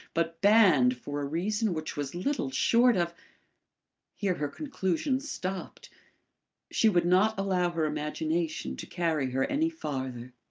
but banned for a reason which was little short of here her conclusions stopped she would not allow her imagination to carry her any farther.